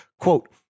quote